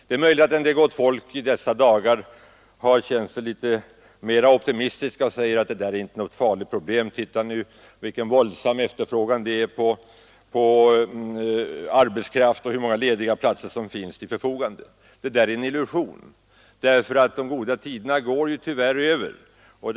Det är möjligt att en del människor i dessa dagar har känt sig litet mera optimistiska och menar att detta inte är något allvarligt problem — titta vilken våldsam efterfrågan det nu är på arbetskraft och hur många lediga platser som finns! Detta är dock en illusion, eftersom de goda tiderna tyvärr går över.